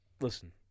Listen